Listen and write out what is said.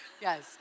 Yes